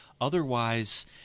Otherwise